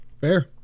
Fair